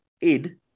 id